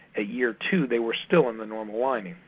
ah year two they were still on the normal lining.